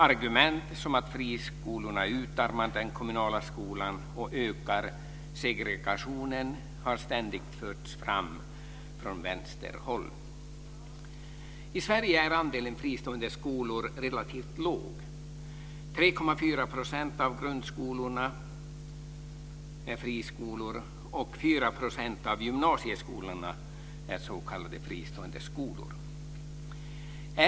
Argument som att friskolorna utarmar den kommunala skolan och ökar segregationen har ständigt förts fram från vänsterhåll. I Sverige är andelen fristående skolor relativt låg. 3,4 % av grundskolorna och 4 % av gymnasieskolorna är s.k. friskolor.